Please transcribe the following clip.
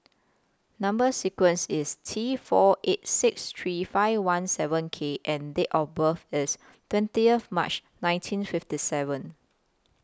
Number sequence IS T four eight six three five one seven K and Date of birth IS twentieth March nineteen fifty seven